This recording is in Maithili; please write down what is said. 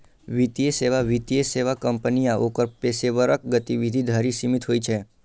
वित्तीय सेवा वित्तीय सेवा कंपनी आ ओकर पेशेवरक गतिविधि धरि सीमित होइ छै